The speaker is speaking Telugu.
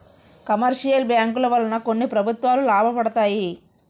కమర్షియల్ బ్యాంకుల వలన కొన్ని ప్రభుత్వాలు లాభపడతాయి